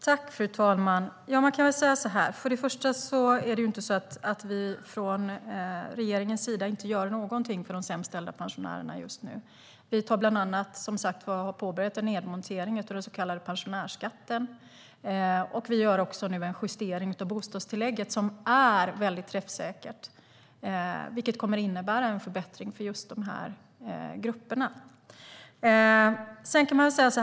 Fru talman! Först och främst är det inte så att vi från regeringens sida inte gör någonting för de sämst ställda pensionärerna just nu. Vi har bland annat påbörjat en nedmontering av den så kallade pensionärsskatten. Vi gör nu också en justering av bostadstillägget, som är väldigt träffsäkert, vilket kommer att innebära en förbättring för just dessa grupper.